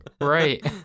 Right